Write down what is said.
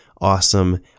awesome